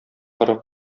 коры